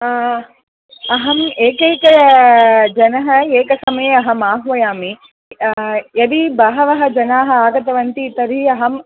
अहम् एकैकजनः एकसमये अहम् आह्वयामि यदि बहवः जनाः आगतवन्तः तर्हि अहम्